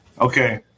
Okay